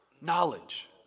Knowledge